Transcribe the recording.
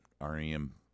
REM